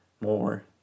more